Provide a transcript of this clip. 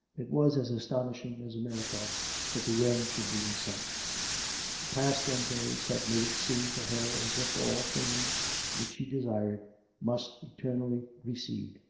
it was as astonishing as a miracle that the end should be in sight the past ten days had made it seem to her as if all things which she desired must eternally recede.